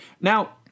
Now